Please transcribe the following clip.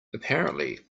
apparently